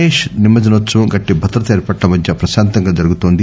గణేష్ నిమజ్టనోత్సవం గట్టి భద్రతా ఏర్పాట్ల మధ్య ప్రశాంతంగా జరుగుతోంది